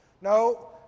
No